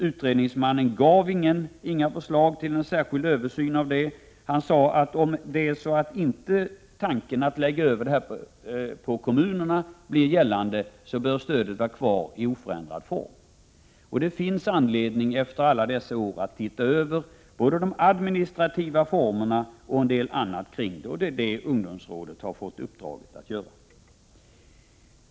Utredningsmannen gav inga förslag till en särskild översyn. Han sade att om detta stöd inte läggs över på kommunerna, bör stödet förbli i nuvarande form. Efter alla dessa år finns det anledning att se över både de administrativa formerna och en del annat kring detta. Det är detta som ungdomsrådet har fått i uppdrag att göra.